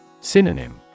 Synonym